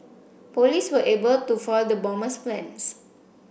police were able to foil the bomber's plans